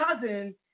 cousin